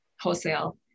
wholesale